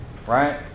Right